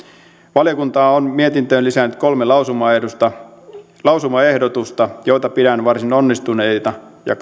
valiokunta on mietintöön lisännyt kolme lausumaehdotusta lausumaehdotusta joita pidän varsin onnistuneina ja